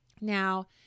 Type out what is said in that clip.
Now